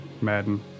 Madden